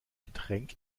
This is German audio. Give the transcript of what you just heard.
getränk